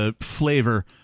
flavor